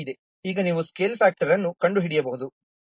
24 ಆಗಿದೆ ಈಗ ನೀವು ಸ್ಕೇಲ್ ಫ್ಯಾಕ್ಟರ್ ಅನ್ನು ಕಂಡುಹಿಡಿಯಬಹುದು